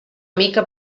mica